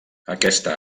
aquesta